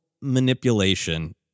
manipulation